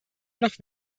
noch